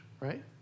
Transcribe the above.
right